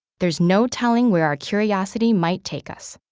there's no telling where our curiosity might take us.